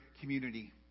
community